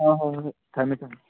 ꯍꯣꯏ ꯍꯣꯏ ꯍꯣꯏ ꯊꯝꯃꯦ ꯊꯃꯃꯦ